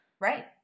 Right